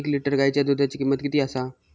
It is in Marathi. एक लिटर गायीच्या दुधाची किमंत किती आसा?